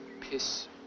piss